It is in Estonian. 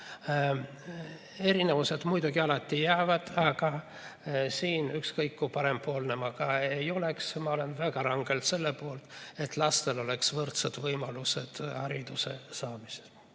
Erinevused muidugi alati jäävad, aga siin, ükskõik kui parempoolne ma ka ei oleks, ma olen väga rangelt selle poolt, et lastel oleks võrdsed võimalused hariduse saamisel.